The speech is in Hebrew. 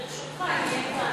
ברשותך, אם יהיה ניתן.